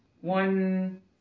One